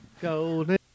golden